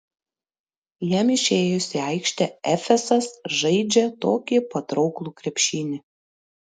jam išėjus į aikštę efesas žaidžią tokį patrauklų krepšinį